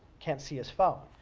can't see his phone.